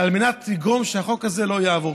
על מנת לגרום שהחוק הזה לא יעבור,